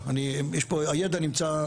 הידע נמצא,